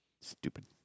Stupid